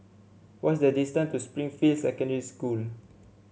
what is the distance to Springfield Secondary School